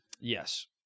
Yes